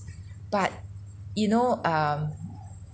but you know um